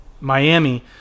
Miami